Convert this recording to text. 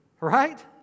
Right